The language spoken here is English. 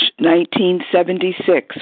1976